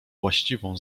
właściwą